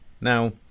now